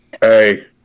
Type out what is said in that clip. Hey